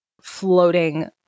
floating